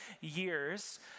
years